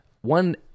One